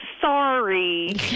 sorry